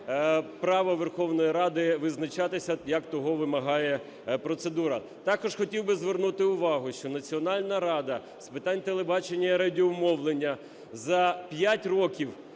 право Верховної Ради визначатися, як того вимагає процедура. Також хотів би звернути увагу, що Національна рада з питань телебачення і радіомовлення за п'ять років